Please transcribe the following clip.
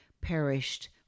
perished